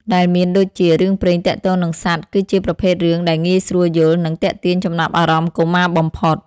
ដែលមានដូចជា រឿងព្រេងទាក់ទងនឹងសត្វ គឺជាប្រភេទរឿងដែលងាយស្រួលយល់ និងទាក់ទាញចំណាប់អារម្មណ៍កុមារបំផុត។